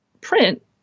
print